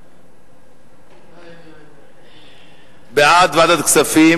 ההצעה להעביר את הנושא לוועדת הכספים